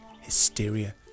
hysteria